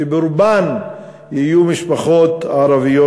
שברובן יהיו משפחות ערביות,